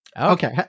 okay